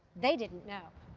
they didn't know.